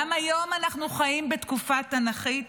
גם היום אנחנו חיים בתקופה תנ"כית,